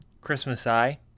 Christmas-eye